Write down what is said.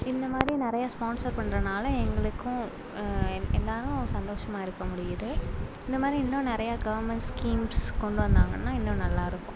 இந்த மாதிரி நிறையா ஸ்பான்சர் பண்ணுறனால எங்களுக்கும் எல்லாேரும் சந்தோஷமாக இருக்க முடியுது இந்த மாதிரி இன்னும் நிறையா கவர்மெண்ட் ஸ்கீம்ஸ் கொண்டு வந்தாங்கன்னால் இன்னும் நல்லா இருக்கும்